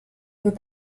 veux